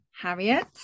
Harriet